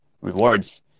rewards